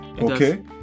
okay